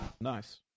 nice